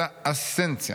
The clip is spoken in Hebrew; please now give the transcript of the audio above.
אלא אסנציה,